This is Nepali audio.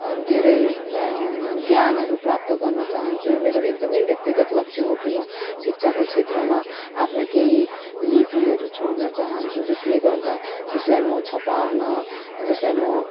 धेरै ज्ञानहरू प्राप्त गर्न चाहन्छु मेरो एकदमै व्यक्तिगत लक्ष्य हो कि म शिक्षाको क्षेत्रमा आफ्नो केही लिपिहरू छोड्न चाहन्छु जसले गर्दा जसलाई म छपाउन जसलाई म